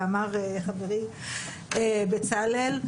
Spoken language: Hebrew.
ואמר חברי בצלאל,